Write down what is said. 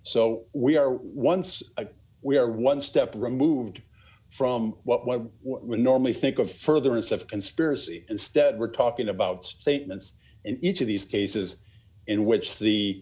so we are once again we are one step removed from what one would normally think of further instead of conspiracy instead we're talking about statements in each of these cases in which the